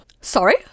Sorry